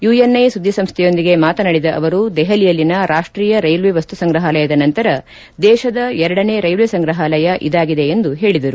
UNA ಸುದ್ದಿ ಸಂಸ್ಥೆಯೊಂದಿಗೆ ಮಾತನಾಡಿದ ಅವರು ದೆಹಲಿಯಲ್ಲಿನ ರಾಷ್ಟೀಯ ರೈಲ್ವೆ ಮಸ್ತು ಸಂಗ್ರಹಾಲಯದ ನಂತರ ದೇಶದ ಎರಡನೇ ರೈಲ್ವೆ ಸಂಗ್ರಹಾಲಯ ಇದಾಗಿದೆ ಎಂದು ಹೇಳಿದರು